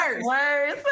worse